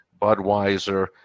Budweiser